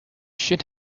should